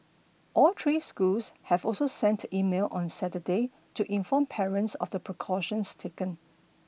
all three schools have also sent emails on Saturday to inform parents of precautions taken